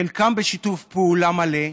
חלקם בשיתוף פעולה מלא.